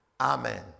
Amen